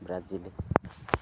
Brazil